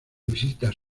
visitas